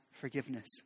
forgiveness